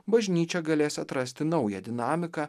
bažnyčia galės atrasti naują dinamiką